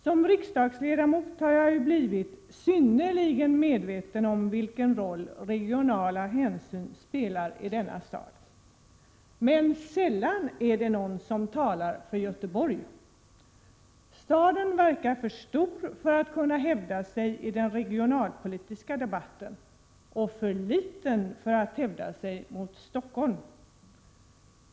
Som riksdagsledamot har jag blivit synnerligen medveten om vilken roll regionala hänsyn spelar i denna sal. Sällan är det dock någon som talar för Göteborg. Staden verkar alltför stor för att kunna hävda sig i den regionalpolitiska debatten — och för liten för att hävda sig mot Stockholm.